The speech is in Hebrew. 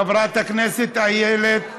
חברת הנסת איילת ורבין,